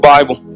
Bible